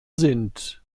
sind